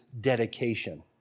dedication